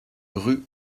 rue